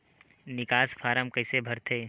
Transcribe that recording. निकास फारम कइसे भरथे?